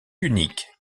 unique